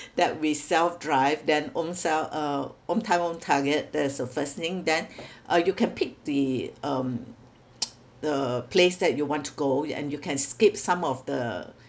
that we self drive then ownself uh own time own target that is the first thing then uh you can pick the um the place that you want to go and you can skip some of the